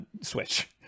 Switch